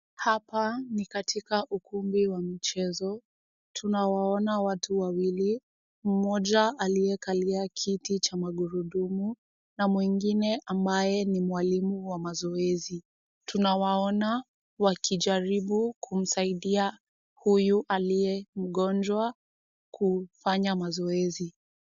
Hapa ni katika ukumbi wa michezo. Tunawaona watu wawili. Mmoja aliyekalia kiti cha magurudumu na mwingine ambaye ni mwalimu wa mazoezi. Tunawaona wakijaribu kumsaidia huyu aliye mgonjwa kufanya mazoezi.